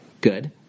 Good